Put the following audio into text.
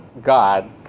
god